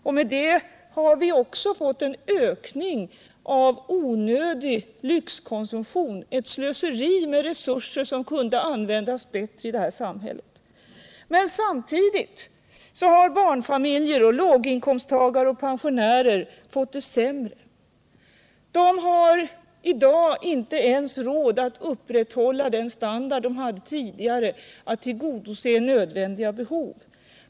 Den förändringen har medfört en ökning av onödig lyxkonsumtion och ett slöseri med resurser, som hade kunnat användas bättre i samhället. Men samtidigt har barnfamiljer, låginkomsttagare och pensionärer fått det sämre. De har i dag inte ens råd att upprätthålla den standard de hade tidigare och att tillgodose nödvändiga behov.